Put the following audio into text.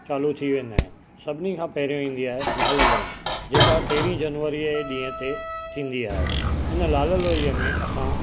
चालू थी वेंदा आहिनि सभिनी खां पहिरियों ई ईंदी आहे लाल लोई जेका तेरहीं जनवरीअ जे ॾींहं ते थींदी आहे हुन लाल लोईअ में असां